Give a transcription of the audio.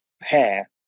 hair